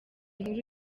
nkuru